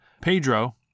Pedro